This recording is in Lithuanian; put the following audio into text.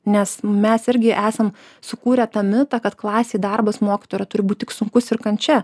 nes mes irgi esam sukūrę tą mitą kad klasėj darbas mokytojo yra turi būt tik sunkus ir kančia